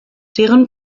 deren